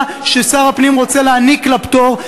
ששר הפנים רוצה להעניק בשלה את הפטור,